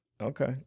Okay